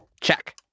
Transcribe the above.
Check